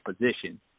position